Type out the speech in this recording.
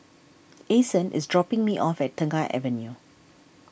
Ason is dropping me off at Tengah Avenue